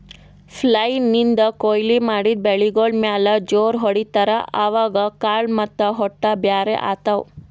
flail ನಿಂದ್ ಕೊಯ್ಲಿ ಮಾಡಿದ್ ಬೆಳಿಗೋಳ್ ಮ್ಯಾಲ್ ಜೋರ್ ಹೊಡಿತಾರ್, ಅವಾಗ್ ಕಾಳ್ ಮತ್ತ್ ಹೊಟ್ಟ ಬ್ಯಾರ್ ಆತವ್